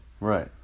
right